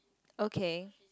okay